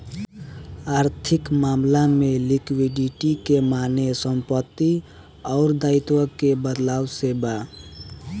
आर्थिक मामला में लिक्विडिटी के माने संपत्ति अउर दाईत्व के बदलाव से बा